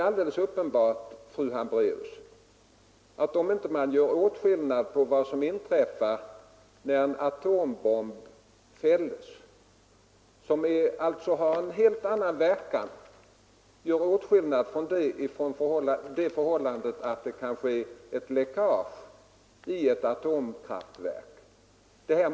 Sedan måste man också göra åtskillnad på skadorna efter en atombombfällning och sådana skador som vållas av ett läckage i ett atomkraftverk. Atombomben har ju en helt annan verkan.